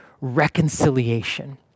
reconciliation